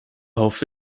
hoffe